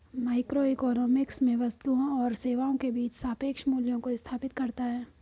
microeconomics में वस्तुओं और सेवाओं के बीच सापेक्ष मूल्यों को स्थापित करता है